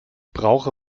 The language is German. brauche